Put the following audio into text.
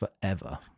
forever